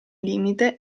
limite